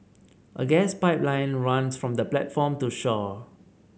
a gas pipeline runs from the platform to shore